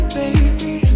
baby